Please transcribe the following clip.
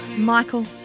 Michael